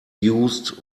used